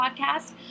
podcast